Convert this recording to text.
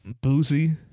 Boozy